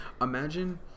Imagine